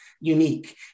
unique